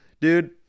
Dude